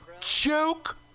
joke